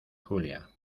julia